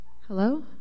Hello